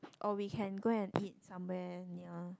or we can go and eat somewhere near